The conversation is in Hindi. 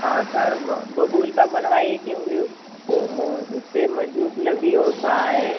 हाँ सर बबूल का बनवाइए क्योंकि वह ओ ओ उससे मज़बूत लकड़ी और कहाँ है